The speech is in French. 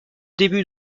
début